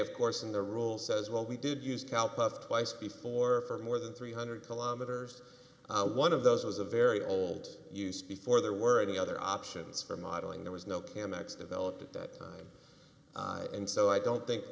of course and the rule says well we did use kalpa twice before for more than three hundred kilometers one of those was a very old use before there were any other options for modeling there was no cam x developed at that time and so i don't think